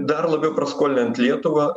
dar labiau praskolint lietuvą